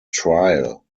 trial